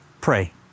pray